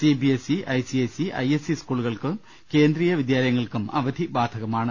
C B S E I C S E I S E സ്കൂളുകൾക്കും കേന്ദ്രീയ വിദ്യാലയങ്ങൾക്കും അവധി ബാധകമാണ്